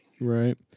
Right